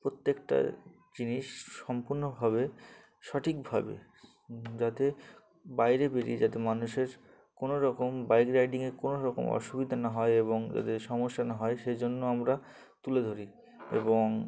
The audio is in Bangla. প্রত্যেকটা জিনিস সম্পূর্ণভাবে সঠিকভাবে যাতে বাইরে বেরিয়ে যাতে মানুষের কোনোরকম বাইক রাইডিংয়ে কোনোরকম অসুবিধা না হয় এবং যাতে সমস্যা না হয় সেই জন্য আমরা তুলে ধরি এবং